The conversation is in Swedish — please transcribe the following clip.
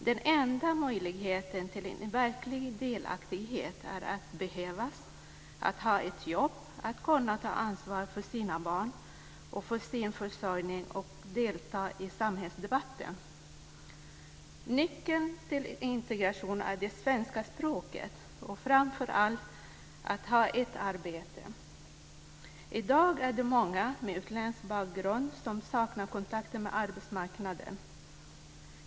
Den enda möjligheten till en verklig delaktighet är att behövas, att ha ett jobb, att kunna ta ansvar för sina barn och för sin försörjning och att delta i samhällsdebatten. Nyckeln till integration är det svenska språket, och framför allt att ha ett arbete. I dag är det många med utländsk bakgrund som saknar kontakter med arbetsmarknaden.